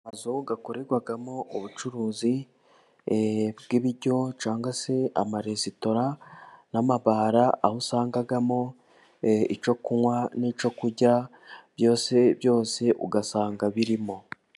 Akazu gakorerwamo ubucuruzi bw'ibiryo cyangwa se amaresitora n'amabara aho usangamo icyo kunywa n'icyo kurya byose byose ugasanga birimo.